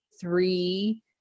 three